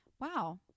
Wow